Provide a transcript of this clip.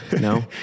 No